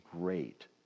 great